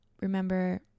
remember